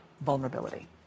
Vulnerability